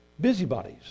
busybodies